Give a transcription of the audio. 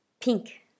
pink